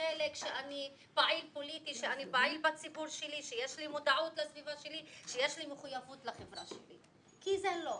שבזכותן הוא פעיל פוליטי ובזכותן יש לו מודעות לחברה שלו כי זה לא.